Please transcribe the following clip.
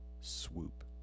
swoop